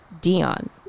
Dion